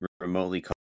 remotely